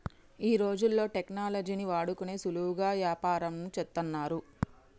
ఈ రోజుల్లో టెక్నాలజీని వాడుకొని సులువుగా యాపారంను చేత్తన్నారు